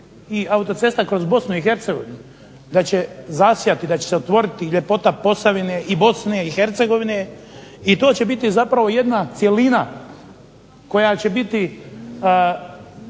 i autocesta kroz Bosnu i Hercegovinu, da će zasjati, da će se otvoriti ljepota Posavine i Bosne i Hercegovine, i to će biti zapravo jedna cjelina koja će biti